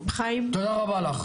תודה רבה לך.